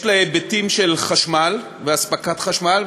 יש לה היבטים של חשמל והספקת חשמל,